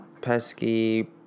pesky